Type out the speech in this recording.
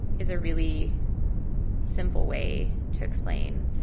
is a really simple way to explain.